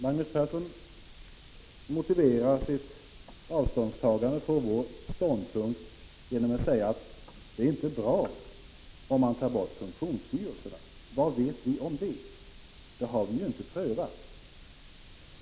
Magnus Persson motiverar sitt avståndstagande från vår ståndpunkt genom att säga att det inte är bra att ta bort funktionsstyrelserna. Vad vet vi om det? Det har vi ju inte prövat.